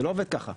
זה לא עובד ככה.